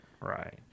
right